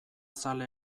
zale